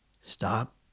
stop